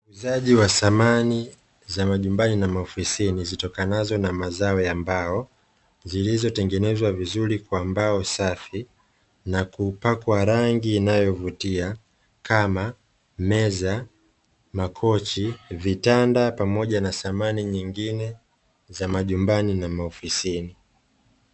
Uuzaji wasamani za majumbani na maofisini zitokanazo na mazao ya mbao, zilizotengenezwa vizuri kwa mbao safi na kupakwa rangi inayovutia kama meza, makochi, vitanda pamoja na samani nyingine za majumbani na maofisini.